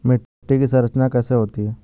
मिट्टी की संरचना कैसे होती है?